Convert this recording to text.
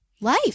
life